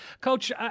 Coach